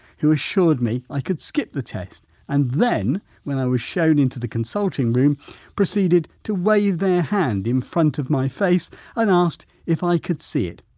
who assured me i could skip the test. and then when i was shown into the consulting room proceeded to wave their hand in front of my face and asked if i could see it.